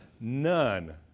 None